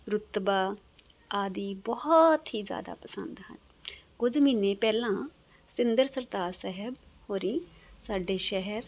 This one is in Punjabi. ਰੁਤਬਾ ਆਦਿ ਬਹੁਤ ਹੀ ਜ਼ਿਆਦਾ ਪਸੰਦ ਹਨ ਕੁਝ ਮਹੀਨੇ ਪਹਿਲਾਂ ਸਤਿੰਦਰ ਸਰਤਾਜ ਸਾਹਿਬ ਹੋਰੀ ਸਾਡੇ ਸ਼ਹਿਰ